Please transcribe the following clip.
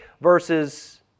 Versus